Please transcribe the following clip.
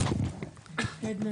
עדנה